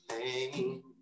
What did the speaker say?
pain